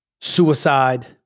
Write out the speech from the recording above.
suicide